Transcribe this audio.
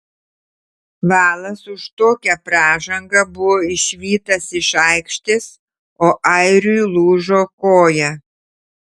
valas už tokią pražangą buvo išvytas iš aikštės o airiui lūžo koja